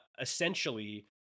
essentially